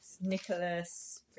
Nicholas